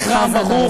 יהי זכרם ברוך.